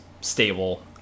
stable